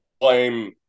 blame